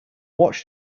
watched